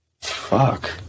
Fuck